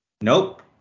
Nope